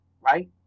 right